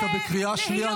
אתה בקריאה שנייה.